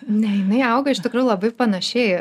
ne jinai auga iš tikrųjų labai panašiai